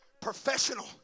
professional